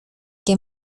que